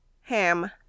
Ham